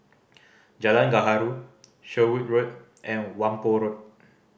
Jalan Gaharu Sherwood Road and Whampoa Road